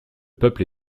peuple